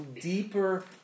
deeper